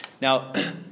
Now